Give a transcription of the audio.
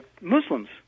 Muslims